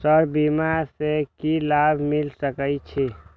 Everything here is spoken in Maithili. सर बीमा से की लाभ मिल सके छी?